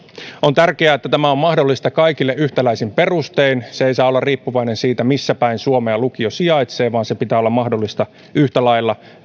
on tärkeää että tämä on mahdollista kaikille yhtäläisin perustein se ei saa olla riippuvainen siitä missä päin suomea lukio sijaitsee vaan sen pitää olla mahdollista yhtä lailla